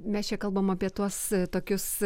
mes čia kalbam apie tuos tokius